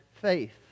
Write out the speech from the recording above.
faith